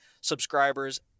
subscribers